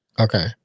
Okay